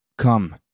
Come